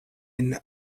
inn